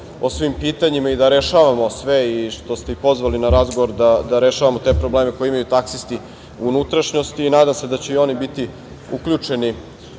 o svim pitanjima i da rešavamo sve i što ste pozvali na razgovor da rešavamo te probleme koje imaju taksisti u unutrašnjosti. Nadam se da će i oni biti uključeni